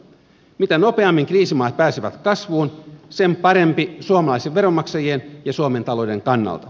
mitä nopeammin kriisimaat pääsevät kasvuun sen parempi suomalaisten veronmaksajien ja suomen talouden kannalta